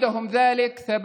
ההבלגה שלכם